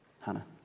Hannah